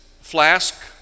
flask